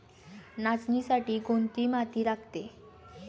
नाचणीसाठी कोणती माती लागते?